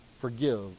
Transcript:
forgive